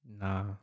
Nah